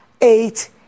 eight